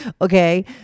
Okay